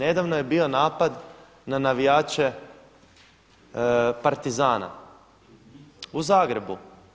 Nedavno je bio napad na navijače „Partizana“ u Zagrebu.